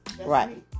Right